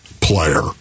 player